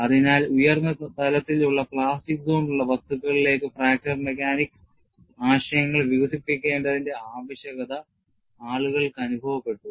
അതിനാൽ ഉയർന്ന തലത്തിലുള്ള പ്ലാസ്റ്റിക് സോൺ ഉള്ള വസ്തുക്കളിലേക്ക് ഫ്രാക്ചർ മെക്കാനിക്സ് ആശയങ്ങൾ വികസിപ്പിക്കേണ്ടതിന്റെ ആവശ്യകത ആളുകൾക്ക് അനുഭവപ്പെട്ടു